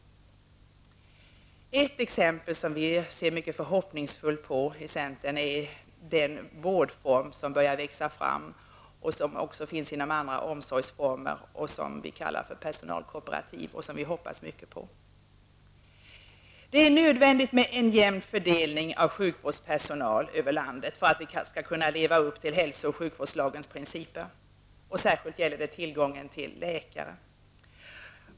Ett exempel som vi ser förhoppningsfullt på i centern är den vårdform som börjar växa fram och som också finns i andra omsorgsformer, nämligen personalkooperativen. Vi hoppas mycket på dem. Det är nödvändigt med en jämn fördelning av sjukvårdspersonal över landet för att vi skall kunna leva upp till hälso och sjukvårdslagens principer. Särskilt gäller detta tillgången till läkare.